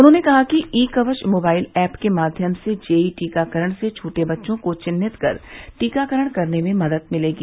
उन्होंने कहा कि ई कवच मोबाइल ऐप के माध्यम से जेई टीकाकरण से छूटे बच्चों को चिन्हित कर टीकाकरण करने में मदद मिलेगी